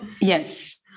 yes